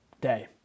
day